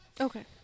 Okay